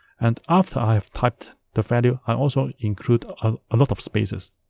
and after i have typed the value, i also include a lot of spaces